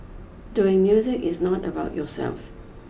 doing music is not about yourself